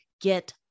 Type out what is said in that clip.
get